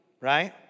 right